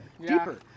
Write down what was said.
deeper